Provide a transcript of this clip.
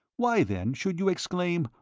why, then, should you exclaim,